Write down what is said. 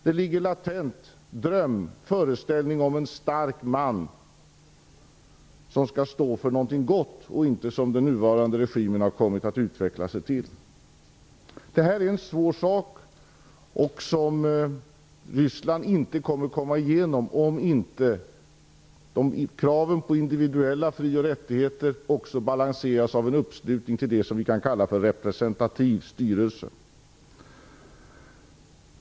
Det ligger latent en föreställning om en stark man, som skall stå för någonting gott, och inte det som den nuvarande regimen har kommit att utveckla sig till. Det här är en svår sak, som Ryssland inte kommer igenom om inte kraven på individuella fri och rättigheter också balanseras av en uppslutning kring det som vi kan kalla för representativ styrelse.